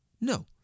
no